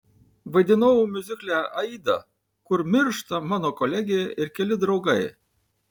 vaidinau miuzikle aida kur miršta mano kolegė ir keli draugai